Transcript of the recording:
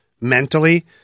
mentally